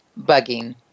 bugging